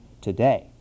today